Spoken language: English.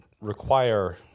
require